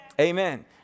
Amen